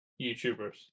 youtubers